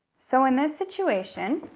so in this situation,